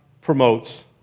promotes